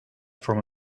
from